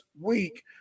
week